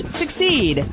succeed